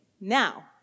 Now